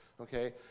okay